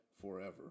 forever